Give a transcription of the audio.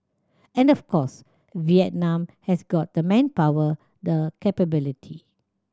and of course Vietnam has got the manpower the capability